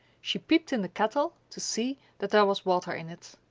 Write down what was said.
she peeped in the kettle to see that there was water in it.